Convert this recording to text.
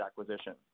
acquisition